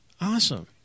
Awesome